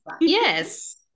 Yes